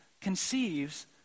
conceives